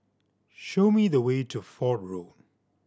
show me the way to Fort Road